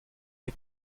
une